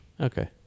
Okay